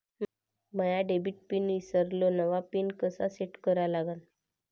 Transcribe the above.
माया debit PIN ईसरलो, नवा PIN कसा सेट करा लागन?